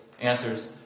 answers